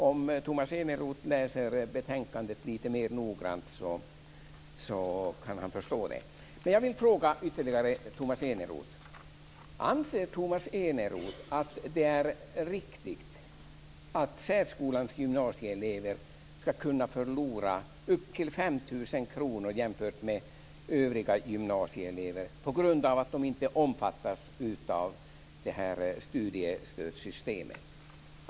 Om Tomas Eneroth läser betänkandet lite mer noggrant kan han förstå det. 5 000 kr jämfört med övriga gymnasieelever på grund av att de inte omfattas av studiestödssystemet?